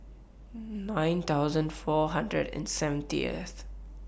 nine thousand four hundred and seventieth